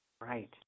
Right